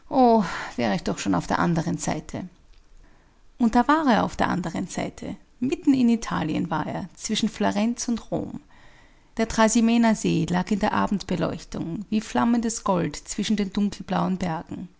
wäre ich doch schon auf der andern seite und da war er auf der andern seite mitten in italien war er zwischen florenz und rom der trasimener see lag in der abendbeleuchtung wie flammendes gold zwischen den dunkelblauen bergen